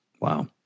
Wow